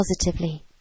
Positively